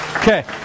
Okay